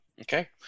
okay